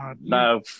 no